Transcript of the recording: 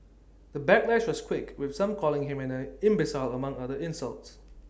the backlash was quick with some calling him an I imbecile among other insults